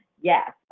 Yes